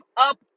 up